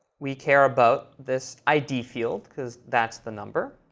we care about this id field because that's the number.